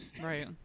Right